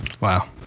wow